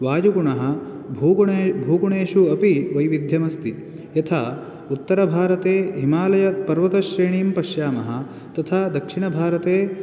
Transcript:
वायुगुणः भूगुणे भूगुणेषु अपि वैविध्यमस्ति यथा उत्तरभारते हिमालयपर्वतश्रेणीं पश्यामः तथा दक्षिणभारते